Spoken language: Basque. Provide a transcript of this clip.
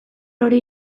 hori